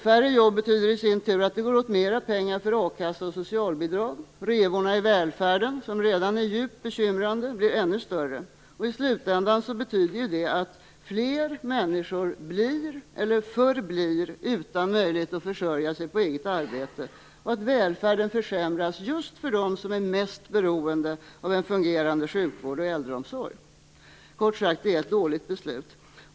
Färre jobb betyder i sin tur att det går åt mer pengar för a-kassa och socialbidrag. Revorna i välfärden, som redan är djupt bekymrande, blir ännu större. I slutändan betyder det att fler människor blir eller förblir utan möjlighet att försörja sig på eget arbete och att välfärden försämras just för dem som är mest beroende av en fungerande sjukvård och äldreomsorg. Kort sagt - det är ett dåligt beslut.